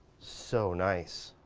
so nice